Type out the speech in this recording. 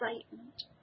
excitement